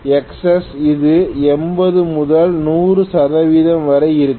Xs இது 80 முதல் 100 சதவிகிதம் வரை இருக்கும்